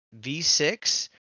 V6